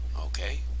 okay